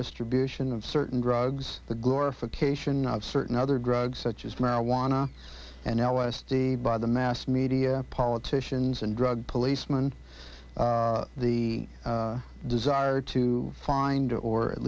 distribution of certain drugs the glorification of certain other drugs such as marijuana and l s d by the mass media politicians and drug policeman the desire to find or at